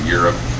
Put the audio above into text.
Europe